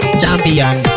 champion